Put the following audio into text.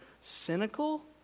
cynical